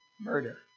murder